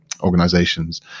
organizations